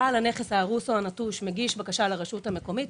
בעל הנכס ההרוס או הנטוש מגיש בקשה לרשות המקומית,